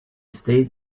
stayed